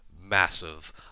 massive